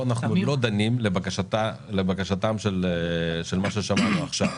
בו אנחנו לא דנים לבקשתם של מי ששמענו עכשיו.